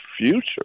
future